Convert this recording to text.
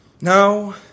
Now